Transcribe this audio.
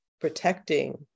protecting